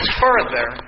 further